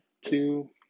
Two